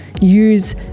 use